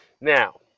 now